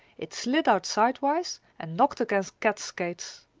it slid out sidewise and knocked against kat's skates.